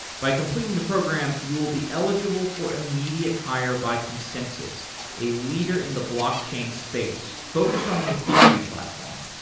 by completing the program, you will be eligible for immediate hire by consensys a leader in the blockchain space focused on the ethereum platform.